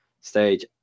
stage